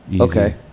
okay